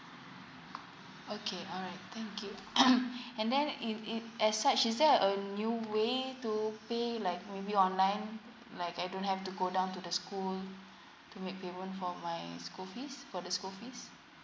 okay alright thank you and then if if as such is there a new way to pay like maybe online like I don't have to go down to the school to make payment for my school fees for the school fees